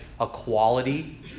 equality